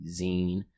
zine